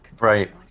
Right